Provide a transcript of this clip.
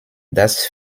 dass